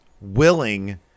willing